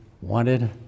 wanted